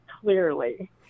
clearly